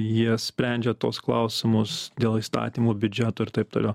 jie sprendžia tuos klausimus dėl įstatymų biudžeto ir taip toliau